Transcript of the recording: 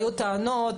היו טענות,